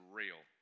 real